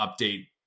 update